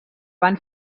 van